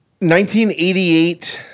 1988